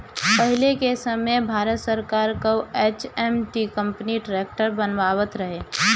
पहिले के समय भारत सरकार कअ एच.एम.टी कंपनी ट्रैक्टर बनावत रहे